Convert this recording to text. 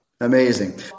Amazing